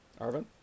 Arvin